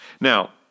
Now